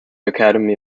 academy